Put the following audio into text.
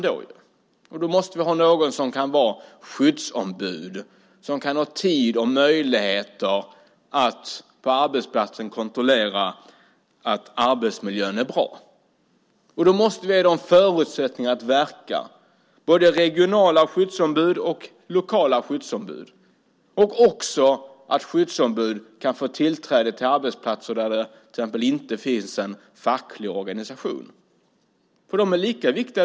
Då måste det finnas någon som kan vara skyddsombud, som kan ha tid och möjligheter att kontrollera att arbetsmiljön på arbetsplatsen är bra. Därför måste vi ge både regionala skyddsombud och lokala skyddsombud förutsättningar att verka. Det gäller också att skyddsombud kan få tillträde till arbetsplatser där det till exempel inte finns någon facklig organisation.